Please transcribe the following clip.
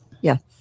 Yes